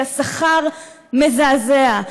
כי השכר מזעזע,